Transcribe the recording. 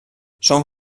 són